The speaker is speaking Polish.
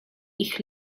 ich